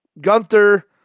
Gunther